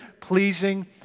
pleasing